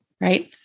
right